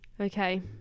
Okay